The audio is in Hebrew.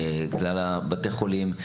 לכלל בתי החולים,